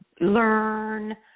learn